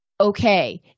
okay